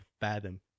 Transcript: fathom